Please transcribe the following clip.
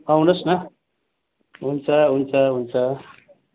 आउनुहोस् न हुन्छ हुन्छ हुन्छ